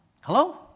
Hello